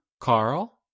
Carl